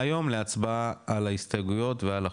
היום להצבעה על ההסתייגויות ועל החוק.